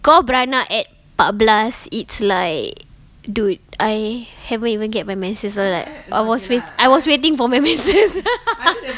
kau beranak at empat belas it's like dude I haven't even get my menses I was wa~ I was waiting for my menses